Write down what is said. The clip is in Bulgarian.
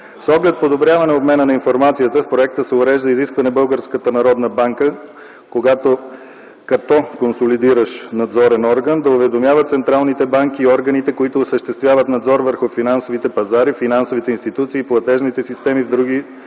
С оглед подобряване обмена на информация в проекта се урежда изискване Българската народна банка, когато е консолидиращ надзорен орган, да уведомява централните банки и органите, които осъществяват надзор върху финансовите пазари, финансовите институции и платежните системи в другите